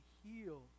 heal